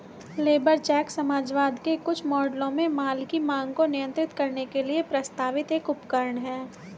labour cheque समाजवाद के कुछ मॉडलों में माल की मांग को नियंत्रित करने के लिए प्रस्तावित एक उपकरण है